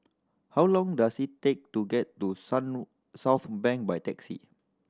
how long does it take to get to sun Southbank by taxi